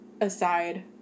aside